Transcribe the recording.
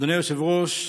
אדוני היושב-ראש החדש,